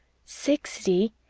sixty!